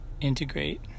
integrate